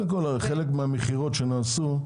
על חלק מהמכירות שנעשו,